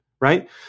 right